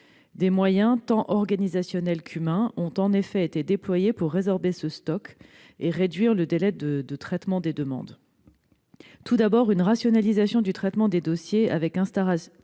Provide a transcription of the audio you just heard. Des moyens, tant organisationnels qu'humains, ont été déployés pour résorber ce stock et réduire en conséquence le délai de traitement des demandes. Tout d'abord, une rationalisation du traitement des dossiers et,